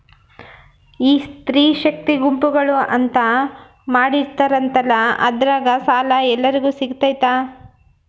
ಈ ಸ್ತ್ರೇ ಶಕ್ತಿ ಗುಂಪುಗಳು ಅಂತ ಮಾಡಿರ್ತಾರಂತಲ ಅದ್ರಾಗ ಸಾಲ ಎಲ್ಲರಿಗೂ ಸಿಗತೈತಾ?